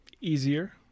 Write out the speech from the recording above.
easier